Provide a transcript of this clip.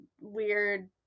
weird